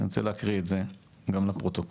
ואני רוצה להקריא את זה גם בפרוטוקול.